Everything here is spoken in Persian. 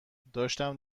داشتم